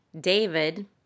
David